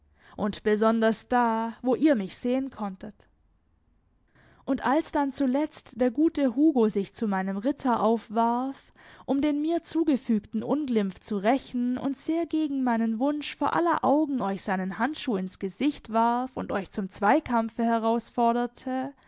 und besonders da wo ihr mich sehen konntet und als dann zuletzt der gute hugo sich zu meinem ritter aufwarf um den mir zugefügten unglimpf zu rächen und sehr gegen meinen wunsch vor aller augen euch seinen handschuh ins gesicht warf und euch zum zweikampfe herausforderte